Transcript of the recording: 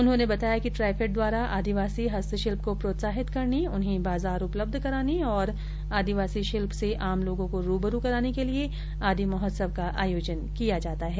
उन्होंने बताया कि ट्राइफैड द्वारा आदिवासी हस्तशिल्प को प्रोत्साहित करने उन्हें बाजार उपलब्ध कराने और आदिवासी शिल्प से आमलोगों को रुबरु कराने के लिए आदि महोत्सव का आयोजन किया जाता है